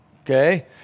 okay